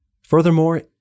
Furthermore